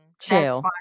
chill